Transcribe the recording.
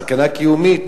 סכנה קיומית